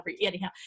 Anyhow